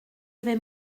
vais